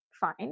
fine